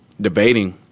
debating